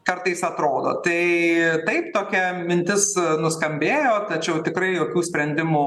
kartais atrodo tai taip tokia mintis nuskambėjo tačiau tikrai jokių sprendimų